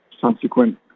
subsequent